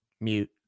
Mute